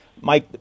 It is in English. Mike